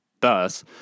Thus